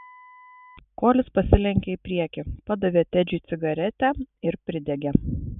kolis pasilenkė į priekį padavė tedžiui cigaretę ir pridegė